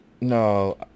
no